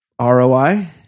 ROI